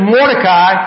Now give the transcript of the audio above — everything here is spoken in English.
Mordecai